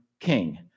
King